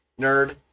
nerd